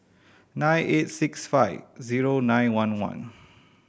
nine eight six five zero nine one one